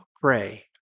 pray